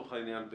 לצורך העניין,